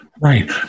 Right